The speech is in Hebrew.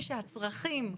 שהצרכים,